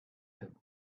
him